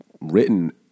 written